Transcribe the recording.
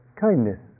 kindness